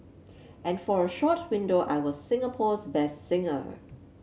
and for a short window I was Singapore's best singer